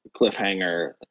cliffhanger